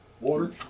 Water